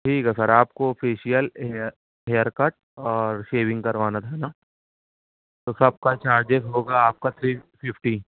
ٹھیک ہے سر آپ کو فیشیل ہیئر کٹ اور شیونگ کروانا تھا نا تو سب کا چارجز ہوگا آپ کا تھری ففٹی